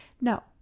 no